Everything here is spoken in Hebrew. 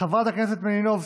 חברת הכנסת מלינובסקי,